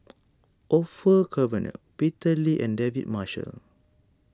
Orfeur Cavenagh Peter Lee and David Marshall